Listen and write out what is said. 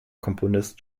komponist